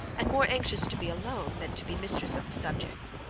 and more anxious to be alone, than to be mistress of the subject.